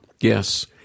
Yes